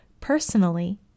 personally